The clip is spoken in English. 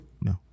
No